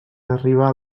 arribar